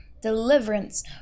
Deliverance